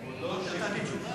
עוד לא.